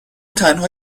تنها